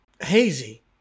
hazy